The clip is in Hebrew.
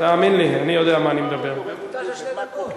שתי דקות.